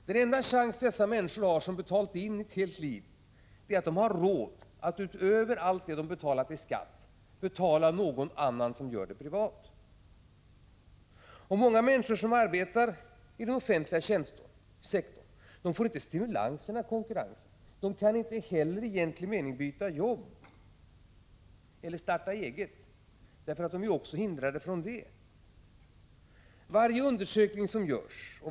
Den enda chans dessa människor, som betalat in till staten under ett helt liv, har är att ha råd att utöver allt som de betalat i skatt betala någon annan för att utföra operationen privat. Och många människor som arbetar i den offentliga tjänstesektorn får inte stimulans genom konkurrens. De kan inte heller i egentlig mening byta jobb eller starta eget — de är hindrade från det.